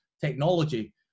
technology